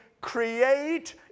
Create